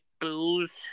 booze